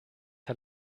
hat